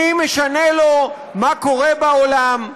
מי משנה לו מה קורה בעולם?